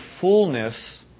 fullness